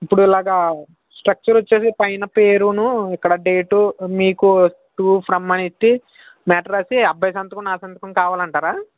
ఇప్పుడు ఇలాగ స్ట్రక్చర్ వచ్చి పైన పేరునూ ఇక్కడ డేటు మీకు టు ఫ్రమ్ అని పెట్టి మెట్టరు రాశి అబ్బాయ్ సంతకం నా సంతకం కావాలంటారా